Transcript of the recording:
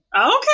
Okay